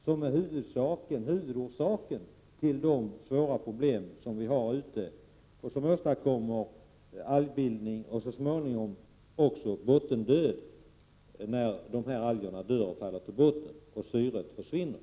som är huvudorsaken till de svåra problemen, alltså till algbildningen och så småningom bottendöd då algerna dör och faller till botten och därmed syret tar slut.